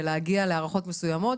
ולהגיע להערכות מסוימות.